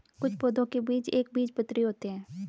कुछ पौधों के बीज एक बीजपत्री होते है